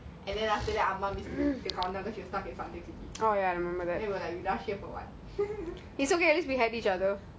and then we just played music so loud and started dancing and then later ah ma makes us because the countdown is starting